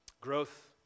Growth